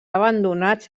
abandonats